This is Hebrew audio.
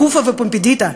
סורא ופומבדיתא,